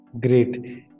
Great